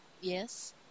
Yes